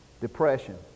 depression